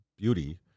beauty